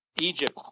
egypt